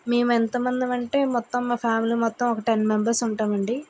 మేమెంతమంది మంటే మొత్తం మా ఫ్యామిలీ మొత్తం ఒక టెన్ మెంబెర్స్ ఉంటాం అండి